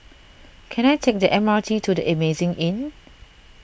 can I take the M R T to the Amazing Inn